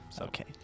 Okay